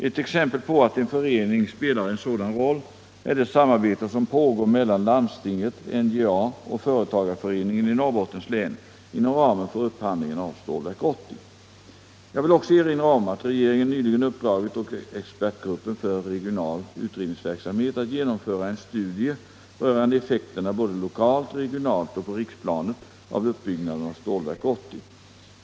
Ett exempel på att en förening spelar en sådan roll är det samarbete som pågår mellan landstinget, Jag vill också erinra om att regeringen nyligen uppdragit åt expertgruppen för regional utredningsverksamhet att genomföra en studie rörande effekterna såväl lokalt som regionalt och på riksplanet av uppbyggnaden av Stålverk 80.